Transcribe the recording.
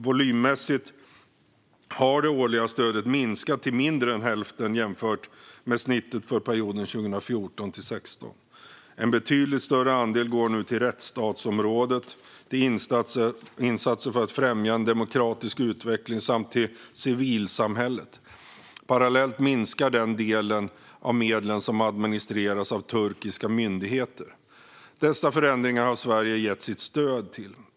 Volymmässigt har det årliga stödet minskat till mindre än hälften jämfört med snittet för perioden 2014-2016. En betydligt större andel går nu till rättsstatsområdet, till insatser för att främja en demokratisk utveckling samt till civilsamhället. Parallellt minskar den del av medlen som administreras av turkiska myndigheter. Dessa förändringar har Sverige gett sitt stöd till.